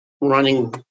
running